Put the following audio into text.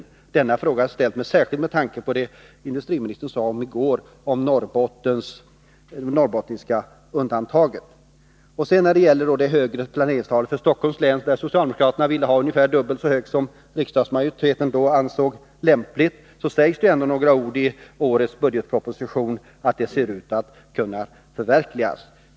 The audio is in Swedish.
Det vore intressant att få höra industriministerns kommentar särskilt med tanke på vad industriministern sade i går om det ”norrbottniska undantaget”. När det gäller det högre planeringstalet för Stockholms län — socialdemokraterna vill ha planeringstalet ungefär dubbelt så högt som riksdagsmajoriteten då ansåg lämpligt — så sägs det ändå några ord i årets budgetproposition om att det ser ut att kunna förverkligas.